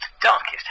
darkest